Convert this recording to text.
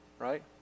Right